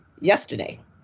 yesterday